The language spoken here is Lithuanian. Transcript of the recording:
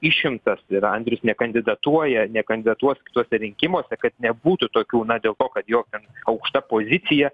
išimtas yra andrius nekandidatuoja nekandidatuos kituose rinkimuose kad nebūtų tokių na dėl to kad jo ten aukšta pozicija